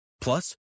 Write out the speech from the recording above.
Plus